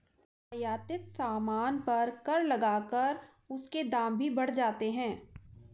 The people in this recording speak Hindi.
आयातित सामान पर कर लगाकर उसके दाम भी बढ़ जाते हैं